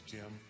Jim